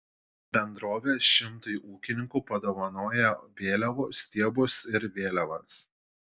bendrovė šimtui ūkininkų padovanojo vėliavų stiebus ir vėliavas